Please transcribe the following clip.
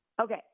Okay